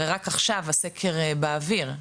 הרי רק עכשיו הסקר באוויר,